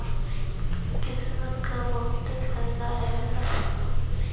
किसमिस क बहुते फायदा रहला